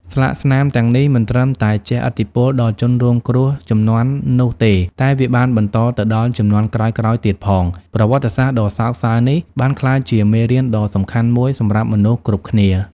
ស្លាកស្នាមទាំងនេះមិនត្រឹមតែជះឥទ្ធិពលដល់ជនរងគ្រោះជំនាន់នោះទេ តែវាបានបន្តទៅដល់ជំនាន់ក្រោយៗទៀតផង ប្រវត្តិសាស្ត្រដ៏សោកសៅនេះបានក្លាយជាមេរៀនដ៏សំខាន់មួយសម្រាប់មនុស្សគ្រប់គ្នា។